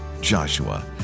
Joshua